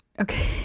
okay